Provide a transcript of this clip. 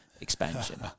expansion